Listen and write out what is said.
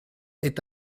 est